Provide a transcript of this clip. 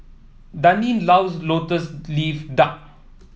Daneen loves lotus leaf duck